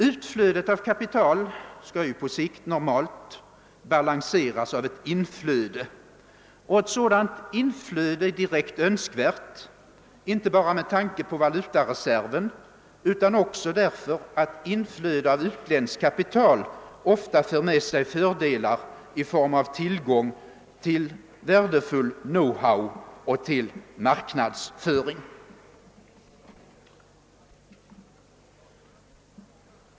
Utflödet av kapital skall på sikt normalt balanseras av ett inflöde, och ett sådant inflöde är direkt önskvärt inte bara med tanke på valutareserven utan också därför att inflöde av utländskt kapital ofta för med sig fördelar i form av tillgång till värdefull know-how och marknadsföring.